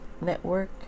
Network